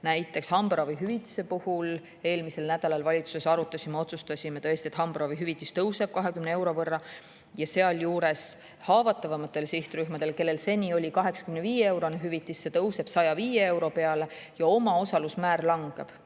Näiteks hambaravihüvitist arutasime eelmisel nädalal valitsuses ja otsustasime, et hambaravihüvitis tõuseb 20 euro võrra. Sealjuures haavatavamatel sihtrühmadel, kellel seni oli 85-eurone hüvitis, tõuseb see 105 euro peale ja omaosalusmäär langeb.